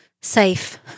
safe